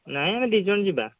ନାଇଁ ଆମେ ଦୁଇ ଜଣ ଯିବା